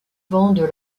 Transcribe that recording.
vendent